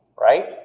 right